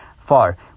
far